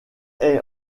est